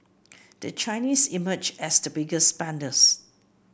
the Chinese emerged as the biggest spenders